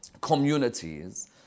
communities